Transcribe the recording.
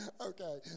okay